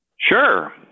Sure